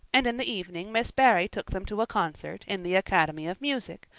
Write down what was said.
and in the evening miss barry took them to a concert in the academy of music,